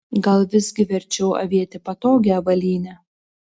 gal visgi verčiau avėti patogią avalynę